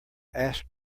asked